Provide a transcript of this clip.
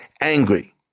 angry